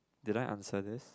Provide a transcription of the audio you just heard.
did I answer this